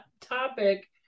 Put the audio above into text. topic